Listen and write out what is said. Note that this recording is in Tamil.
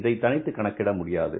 இதை தனித்து கணக்கிட முடியாது